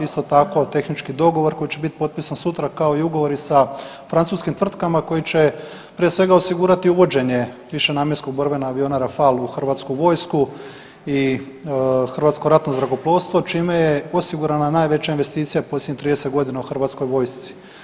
Isto tako tehnički dogovor koji će biti potpisan sutra kao i ugovori sa francuskim tvrtkama koji će prije svega osigurati uvođenje višenamjenskog borbenog aviona Rafal u Hrvatsku vojsku i Hrvatsko ratno zrakoplovstvo, čime je osigurana najveća investicija posljednjih 30 godina u Hrvatskoj vojsci.